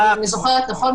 אבל אם אני זוכרת נכון,